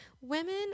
Women